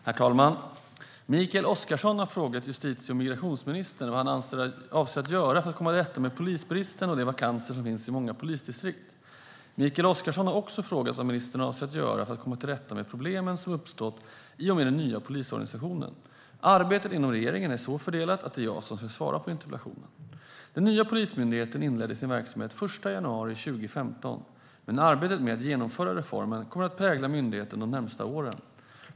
Herr talman! Mikael Oscarsson har frågat justitie och migrationsministern vad han avser att göra för att komma till rätta med polisbristen och de vakanser som finns i många polisdistrikt. Mikael Oscarsson har också frågat vad ministern avser att göra för att komma till rätta med problemen som uppstått i och med den nya polisorganisationen. Arbetet inom regeringen är så fördelat att det är jag som ska svara på interpellationen. Den nya Polismyndigheten inledde sin verksamhet den 1 januari 2015, men arbetet med att genomföra reformen kommer att prägla myndigheten de närmaste åren.